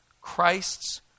Christ's